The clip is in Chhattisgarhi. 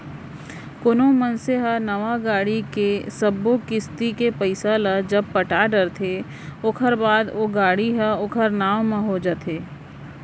कोनो मनसे ह नवा गाड़ी के ले सब्बो किस्ती के पइसा ल जब पटा डरथे ओखर बाद ओ गाड़ी ह ओखर नांव म हो जाथे